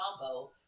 combo